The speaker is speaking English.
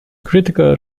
critical